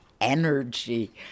energy